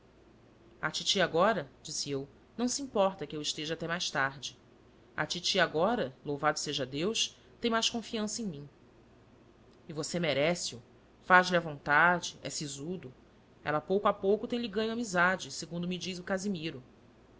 titi agora disse eu não se importa que eu esteja até mais tarde a titi agora louvado seja deus tem mais confiança em mim e você merece o faz-lhe a vontade é sisudo ela pouco a pouco tem-lhe ganho amizade segundo me diz o casimiro